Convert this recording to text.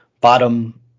bottom